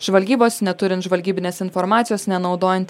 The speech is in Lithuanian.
žvalgybos neturint žvalgybinės informacijos nenaudojant